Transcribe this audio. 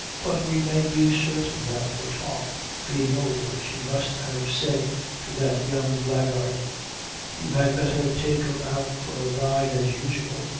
but we may be certain that the talk being over she must have said to that young blackguard you had better take her out for a ride as usual.